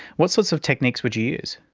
what sorts of techniques would you use?